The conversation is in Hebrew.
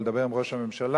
ולדבר עם ראש הממשלה,